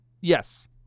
Yes